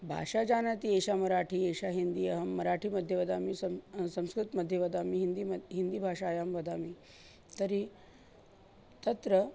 भाषा जानाति एषा मराठी एषा हिन्दी अहं मराठीमध्ये वदामि संस्कृतमध्ये वदामि हिन्दीमध्ये हिन्दीभाषायां वदामि तर्हि तत्र